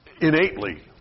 innately